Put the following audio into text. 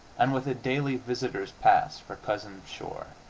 and with a daily visitor's pass for cousin pschorr.